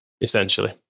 essentially